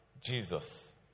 Jesus